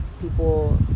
people